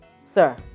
Sir